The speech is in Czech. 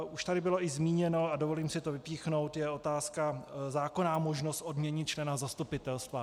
Už tady bylo zmíněno a dovolím si to vypíchnout, otázka zákonné možnosti odměnit člena zastupitelstva.